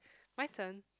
my turn